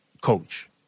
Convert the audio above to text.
coach